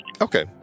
Okay